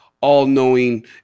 all-knowing